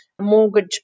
mortgage